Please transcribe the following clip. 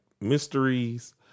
mysteries